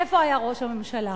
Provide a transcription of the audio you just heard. איפה היה ראש הממשלה?